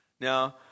Now